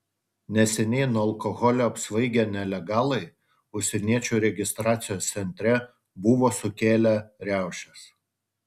neseniai nuo alkoholio apsvaigę nelegalai užsieniečių registracijos centre buvo sukėlę riaušes